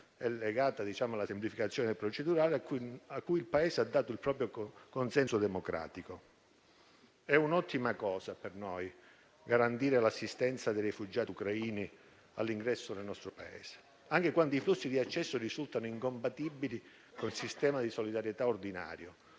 e legata alla semplificazione procedurale, a cui il Paese ha dato il proprio consenso democratico. È un'ottima cosa per noi garantire l'assistenza ai rifugiati ucraini all'ingresso del nostro Paese, anche quando i flussi di accesso risultano incompatibili con il sistema di solidarietà ordinario,